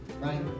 right